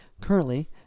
Currently